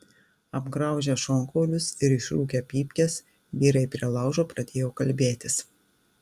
apgraužę šonkaulius ir išrūkę pypkes vyrai prie laužo pradėjo kalbėtis